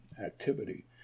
activity